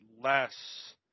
less